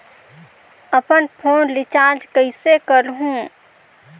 अपन phone recharge कइसे करहु?